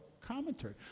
commentary